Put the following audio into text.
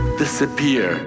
disappear